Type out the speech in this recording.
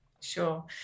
Sure